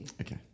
okay